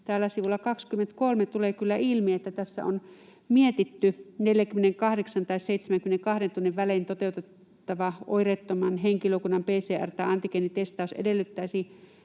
sivulla 23 tulee kyllä ilmi, että tässä mietitty 48:n tai 72 tunnin välein toteutettava oireettoman henkilökunnan PCR‑ tai antigeenitestaus edellyttäisi